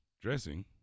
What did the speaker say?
Dressing